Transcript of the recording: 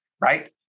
right